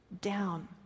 down